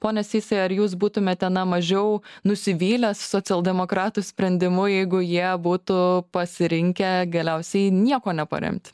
pone sysai ar jūs būtumėte na mažiau nusivylęs socialdemokratų sprendimu jeigu jie būtų pasirinkę galiausiai niek o neparemti